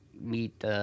meet